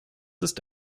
ist